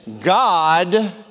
God